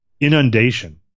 inundation